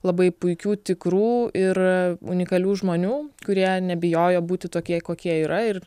labai puikių tikrų ir unikalių žmonių kurie nebijojo būti tokie kokie yra ir